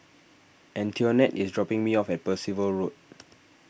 Antionette is dropping me off at Percival Road